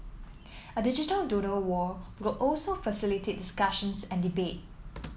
a digital doodle wall also facilitate discussions and debate